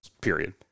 period